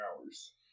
hours